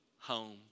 home